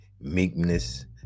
meekness